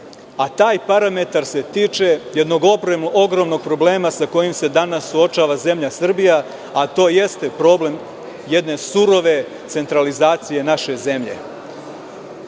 a taj parametar se tiče jednog ogromnog problema sa kojim se danas suočava zemlja Srbija – problem surove centralizacije naše zemlje.